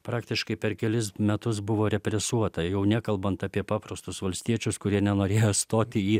praktiškai per kelis metus buvo represuota jau nekalbant apie paprastus valstiečius kurie nenorėjo stoti į